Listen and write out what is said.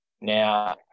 now